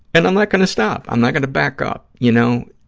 and i'm not going to stop. i'm not going to back up. you know,